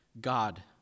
God